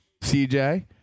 CJ